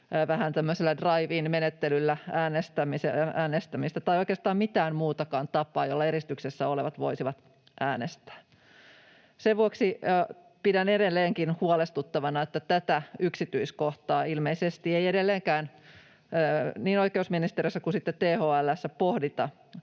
drive-in-menettelyllä äänestämistä tai oikeastaan mitään muutakaan tapaa, jolla eristyksessä olevat voisivat äänestää. Sen vuoksi pidän edelleenkin huolestuttavana, että tätä yksityiskohtaa ilmeisesti ei edelleenkään oikeusministeriössä eikä THL:ssä pohdita.